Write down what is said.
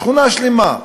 שכונה שלמה,